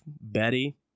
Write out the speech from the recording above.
Betty